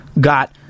got